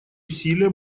усилия